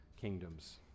kingdoms